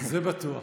זה בטוח.